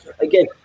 again